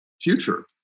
future